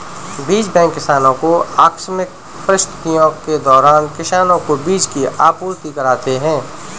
बीज बैंक किसानो को आकस्मिक परिस्थितियों के दौरान किसानो को बीज की आपूर्ति कराते है